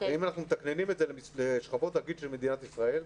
אם אנחנו מתקננים את זה לשכבות הגיל של מדינת ישראל,